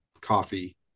coffee